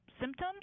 symptoms